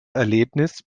erlebnis